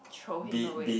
throw him away